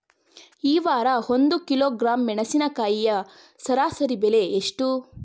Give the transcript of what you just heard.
ಈ ವಾರ ಒಂದು ಕಿಲೋಗ್ರಾಂ ಮೆಣಸಿನಕಾಯಿಯ ಸರಾಸರಿ ಬೆಲೆ ಎಷ್ಟು?